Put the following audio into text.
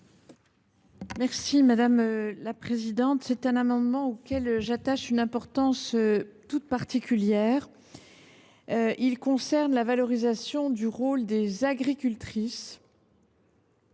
est à Mme la ministre. C’est un amendement auquel j’attache une importance toute particulière. Il a pour objet la valorisation du rôle des agricultrices